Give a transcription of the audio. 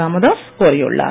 ராமதாஸ் கோரியுள்ளார்